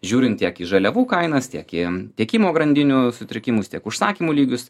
žiūrint tiek į žaliavų kainas tiek in tiekimo grandinių sutrikimus tiek užsakymų lygius